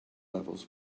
levels